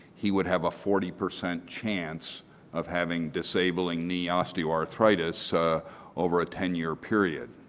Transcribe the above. he would have a forty percent chance of having disabling knee osteoarthritis over a ten year period.